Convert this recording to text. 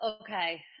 Okay